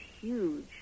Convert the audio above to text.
huge